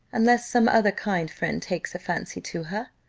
unless some other kind friend takes a fancy to her.